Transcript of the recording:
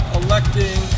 electing